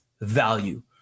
value